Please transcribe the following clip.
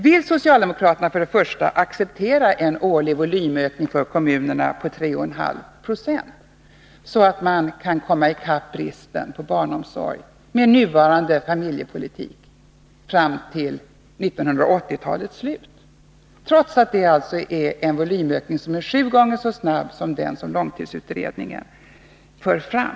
Vill socialdemokraterna acceptera en årlig volymökning för kommunerna på 3,5 Jo, så att de med nuvarande familjepolitik kan komma i kapp och täcka bristen på barnomsorg fram till 1980-talets slut, trots att detta är en volymökning som blir sju gånger så snabb som den långtidsutredningen för fram?